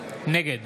נגד